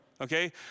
Okay